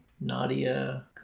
Nadia